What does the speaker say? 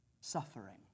suffering